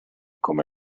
come